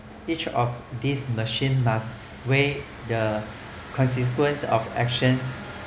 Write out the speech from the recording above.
each of these machine must weigh the consequence of actions